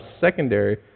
secondary